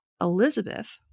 Elizabeth